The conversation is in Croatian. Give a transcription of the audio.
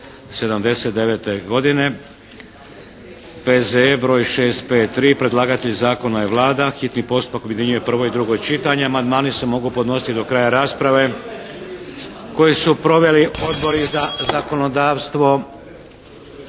P.Z.E. br. 653 Predlagatelj zakona je Vlada. Hitni postupak objedinjuje prvo i drugo čitanje. Amandmani se mogu podnositi do kraja rasprave koju su proveli Odbori za zakonodavstvo,